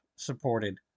Supported